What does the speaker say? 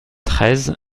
treize